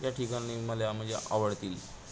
या ठिकाणी मला म्हणजे आवडतील